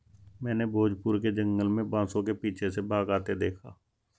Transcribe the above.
मैंने भोजपुर के जंगल में बांसों के पीछे से बाघ आते देखा